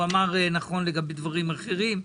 הוא אמר נכון לגבי דברים אחרים.